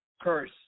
Curse